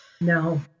no